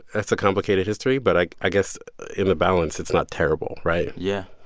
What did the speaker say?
that's a complicated history, but like i guess in the balance, it's not terrible, right? yeah